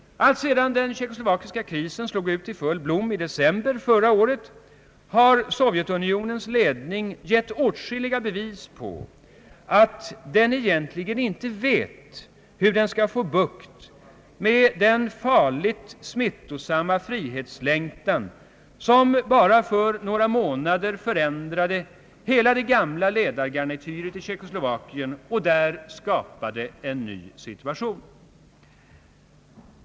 Alltsedan den tjeckoslovakiska krisen slog ut i full blom i december förra året har Sovjetunionens ledning gett åtskilliga bevis på att den egentligen inte vet hur den skall få bukt med den farligt smittsamma frihetslängtan, som bara på några månader förändrade hela det gamla ledargarnityret i Tjeckoslovakien och där skapade en helt ny situation.